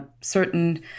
certain